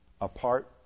apart